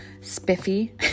spiffy